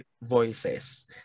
voices